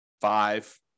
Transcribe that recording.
five